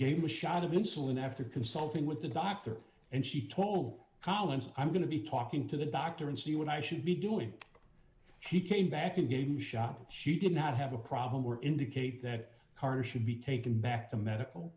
gave him a shot of insulin after consulting with the doctor and she told collins i'm going to be talking to the doctor and see what i should be doing she came back and gave him a shot she did not have a problem where indicate that car should be taken back to medical